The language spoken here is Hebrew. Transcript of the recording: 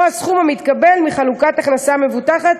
או הסכום המתקבל מחלוקת הכנסת המבוטחת